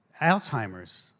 Alzheimer's